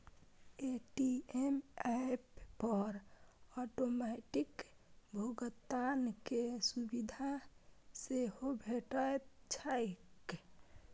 Paytm app पर automatic भुगतान के सुविधा सेहो भेटैत छैक